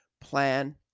plan